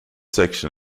section